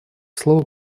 слово